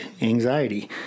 anxiety